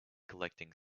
collecting